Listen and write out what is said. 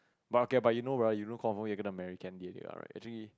but okay but you know bruh you know confirm you're gonna marry Candy already ah actually